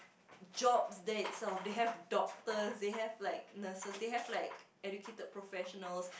jobs there itself they have doctors they have like nurses they have like educated professionals